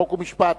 חוק ומשפט